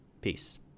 Peace